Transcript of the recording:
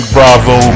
Bravo